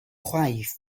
chwaith